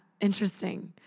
interesting